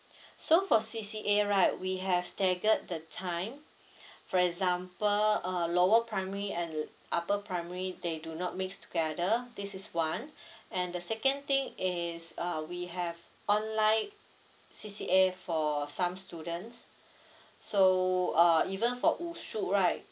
so for C_C_A right we have staggered the time for example uh lower primary and upper primary they do not mix together this is one and the second thing is uh we have online C_C_A for some students so uh even for wushu right